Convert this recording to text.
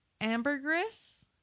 ambergris